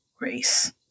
race